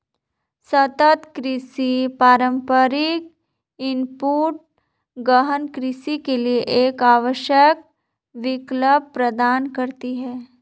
सतत कृषि पारंपरिक इनपुट गहन कृषि के लिए एक आवश्यक विकल्प प्रदान करती है